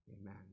Amen